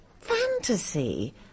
fantasy